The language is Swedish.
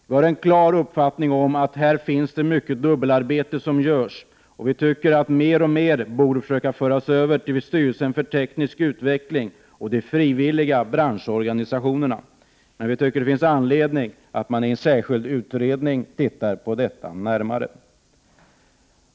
Vi har en klar uppfattning om att det här utförs mycket dubbelarbete, och vi tycker att mer och mer borde föras över till styrelsen för teknisk utveckling och de frivilliga branschorganisationerna. Men det finns anledning att man i en särskild utredning tittar närmare på detta.